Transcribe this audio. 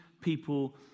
people